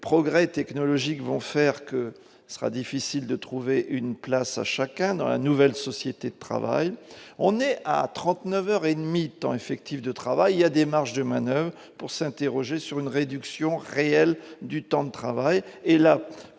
progrès technologiques vont faire que ce sera difficile de trouver une place à chacun dans la nouvelle société de travail, on est à 39 heures et demi temps effectif de travail il y a des marges de manoeuvre pour s'interroger sur une réduction réelle du temps de travail